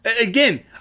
Again